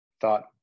thought